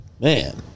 Man